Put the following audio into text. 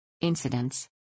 Incidents